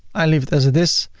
i leave it as it is.